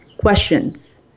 questions